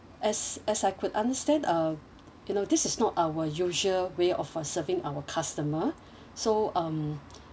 as as I could understand uh you know this is not our usual way of uh serving our customer so um